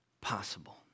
possible